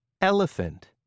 Elephant